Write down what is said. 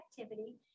activity